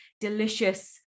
delicious